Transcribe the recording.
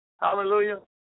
Hallelujah